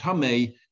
tame